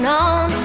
on